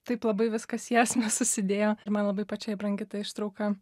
taip labai viskas į esmę susidėjo ir man labai pačiai brangi ta ištrauka